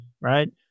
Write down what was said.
right